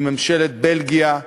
עם ממשלת בלגיה,